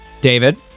David